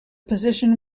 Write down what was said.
position